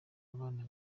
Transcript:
abana